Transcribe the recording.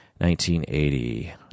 1980